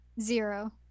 Zero